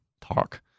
talk